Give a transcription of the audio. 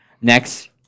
Next